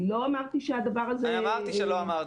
אני לא אמרתי שהדבר הזה --- אני אמרתי שלא אמרת.